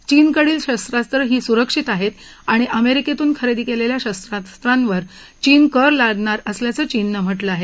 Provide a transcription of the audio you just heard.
चीनकडील शस्त्रास्त्रं ही सुरक्षित आहेत आणि अमेरिकेतून खरेदी केलेल्या शस्त्रस्त्रांवर चीन कर लादणार असल्याचं चीननं म्हटलं आहे